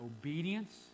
obedience